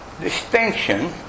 distinction